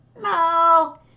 No